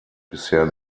bisher